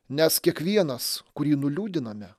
nes kiekvienas kurį nuliūdiname